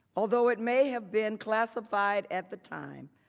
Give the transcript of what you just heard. although it may have been classified at the time,